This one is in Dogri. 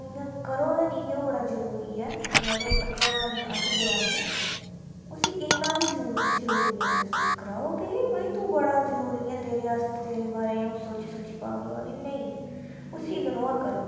इ'यां करो गै नी कि ओह् बड़ा जरुरी ऐ जां ओहदे उपर घ्यान अस देआ करने उसी इन्ना बी जरुर जरुरी नेईं मसूस कराओं के भाई के तू बड़ा जरुरी ऐ तेरे आस्ते तेरे बारे अ'ऊं सोची सोची पागल होआ करनी नेईं उसी इगनोर करो